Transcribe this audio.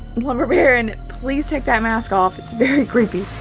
lumber baron, please take that mask off, it's very creepy.